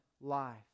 life